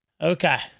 Okay